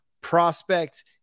prospect